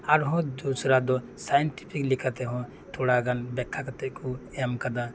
ᱟᱨᱦᱚᱸ ᱫᱚᱥᱨᱟ ᱫᱚ ᱥᱟᱭᱮᱱᱴᱤᱯᱷᱤᱠ ᱞᱮᱠᱟ ᱛᱮᱦᱚᱸ ᱛᱷᱚᱲᱟ ᱜᱟᱱ ᱵᱮᱠᱠᱷᱟ ᱠᱟᱛᱮᱫ ᱠᱚ ᱮᱢ ᱟᱠᱟᱫᱟ